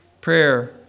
prayer